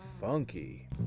funky